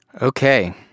Okay